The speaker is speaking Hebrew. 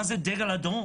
מה זה דגל אדום?